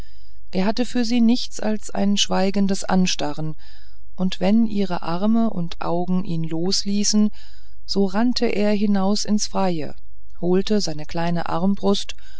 er hatte für sie nichts als ein schweigendes anstarren und wenn ihre arme und augen ihn losließen so rannte er hinaus ins freie holte seine kleine armbrust